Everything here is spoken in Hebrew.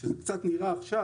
ככה זה נראה קצת עכשיו